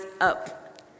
up